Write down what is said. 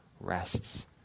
rests